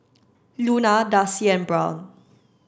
Luna Darcy and Brown